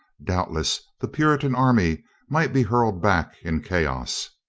doubtless the puritan army might be hurled back in chaos.